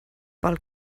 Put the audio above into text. pel